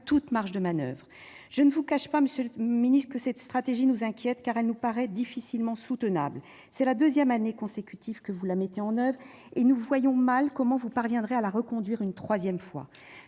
toute marge de manoeuvre ! Je ne vous cache pas, monsieur le ministre, que cette stratégie nous inquiète, car elle nous paraît difficilement soutenable. C'est la deuxième année consécutive que vous la mettez en oeuvre et nous voyons mal comment vous parviendrez à la reconduire une troisième fois.